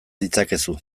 ditzakezu